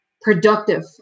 productive